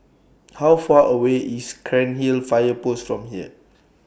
How Far away IS Cairnhill Fire Post from here